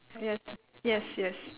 yes yes yes